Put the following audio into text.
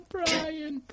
Brian